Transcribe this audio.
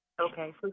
Okay